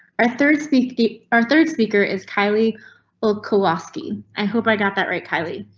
our third speak the our third speaker is kylie old kowalski. i hope i got that right kylie.